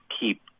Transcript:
keep